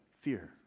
Fear